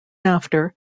after